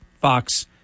Fox